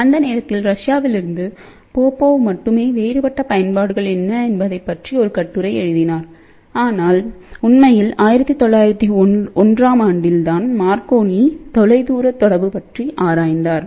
அந்த நேரத்தில் ரஷ்யாவில் இருந்து போபோவ் மட்டுமே வேறுபட்ட பயன்பாடுகள் என்ன என்பதை பற்றி ஒரு கட்டுரை எழுதினார் ஆனால் உண்மையில் 1901 ஆம் ஆண்டில் மார்கோனி தான் தொலைதூரத்தொடர்பு பற்றி ஆராய்ந்தார்